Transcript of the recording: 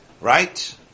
Right